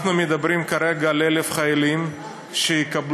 אנחנו מדברים כרגע על 1,000 חיילים שיקבלו